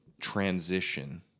transition